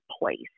place